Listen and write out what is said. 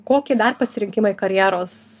kokį dar pasirinkimą į karjeros